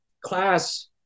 class